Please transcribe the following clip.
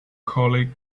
collie